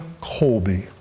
Colby